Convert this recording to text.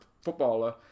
footballer